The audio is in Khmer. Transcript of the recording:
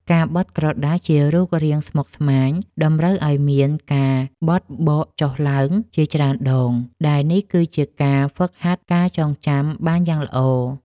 ការបត់ក្រដាសជារូបរាងស្មុគស្មាញ តម្រូវឱ្យមានការបត់បកចុះឡើងជាច្រើនដង ដែលនេះគឺជាការហ្វឹកហាត់ការចងចាំបានយ៉ាងល្អ។